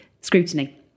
scrutiny